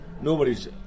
Nobody's